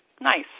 Nice